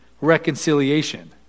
reconciliation